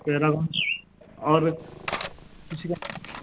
para और किसी का